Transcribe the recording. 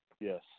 Yes